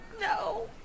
No